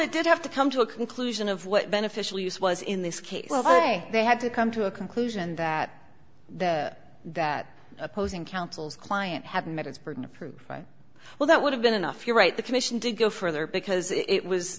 it did have to come to a conclusion of what beneficial use was in this case well they say they had to come to a conclusion that there that opposing counsel's client had met its burden of proof right well that would have been enough to write the commission to go further because it was